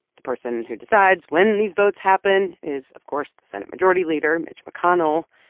the person who decides when these votes happen is, of course, the senate majority leader, mitch mcconnell.